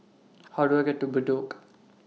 How Do I get to Bedok